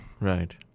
Right